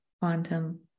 quantum